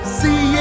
see